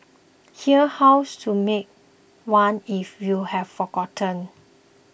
here's how to make one if you have forgotten